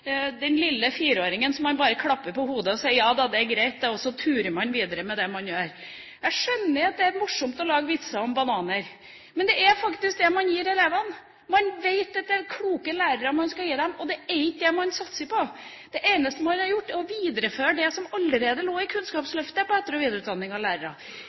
den lille fireåringen som man bare klapper på hodet og sier at ja da, det er greit, det, og så turer man videre fram med det man gjør. Jeg skjønner at det er morsomt å lage vitser om bananer, men det er faktisk det man gir elevene. Man vet at det er kloke lærere man skal gi dem, og så er det ikke det man satser på. Det eneste man har gjort, er å videreføre det som allerede lå i Kunnskapsløftet når det gjelder etter- og videreutdanning av lærere.